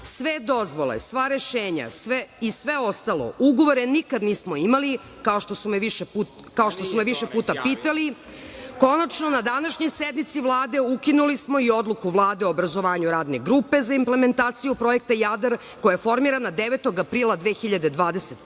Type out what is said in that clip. Sve dozvole, sva rešenja i sve ostalo, ugovore nikad nismo imali, kao što su me više puta pitali. Konačno, na današnjoj sednici Vlade ukinuli smo i Odluku Vlade o obrazovanju Radne grupe za implementaciju Projekta „Jadar“, koja je formirana 9. aprila 2021.